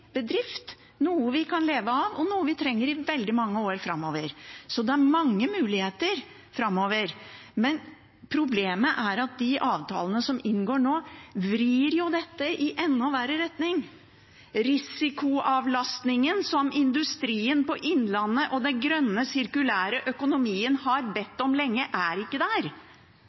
bedrift, noe vi kan leve av, og noe vi trenger i veldig mange år framover. Så det er mange muligheter framover, men problemet er at de avtalene som inngås nå, vrir dette i en enda verre retning. Risikoavlastningen som industrien på Innlandet og den grønne sirkulære økonomien har bedt om lenge, er ikke der,